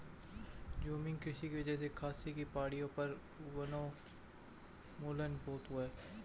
झूमिंग कृषि की वजह से खासी की पहाड़ियों पर वनोन्मूलन बहुत हुआ है